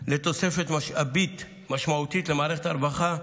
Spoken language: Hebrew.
בראשותי לתוספת משאבים משמעותית למערכת הרווחה,